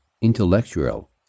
intellectual